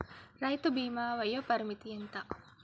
రైతు బీమా వయోపరిమితి ఎంత?